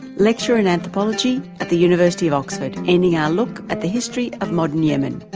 lecturer in anthropology at the university of oxford, ending our look at the history of modern yemen.